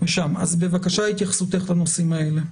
אז בבקשה התייחסותך לנושאים האלה.